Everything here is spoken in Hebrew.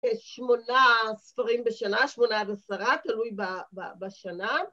‫שמונה ספרים בשנה, ‫שמונה עד עשרה, תלוי בשנה.